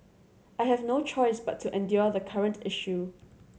I have no choice but to endure the current issue